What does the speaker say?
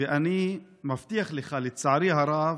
ואני מבטיח לך, לצערי הרב,